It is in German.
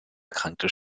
erkrankte